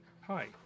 Hi